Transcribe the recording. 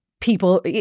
people